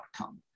outcome